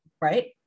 right